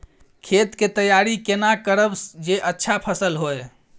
खेत के तैयारी केना करब जे अच्छा फसल होय?